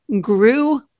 grew